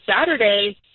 Saturday